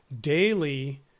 daily